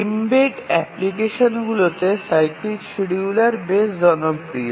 embed অ্যাপ্লিকেশনগুলিতে cyclic শিডিয়ুলারগুলি বেশ জনপ্রিয়